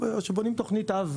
בונים תוכנית אב,